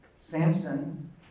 Samson